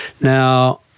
Now